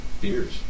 beers